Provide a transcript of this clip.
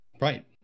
Right